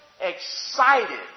excited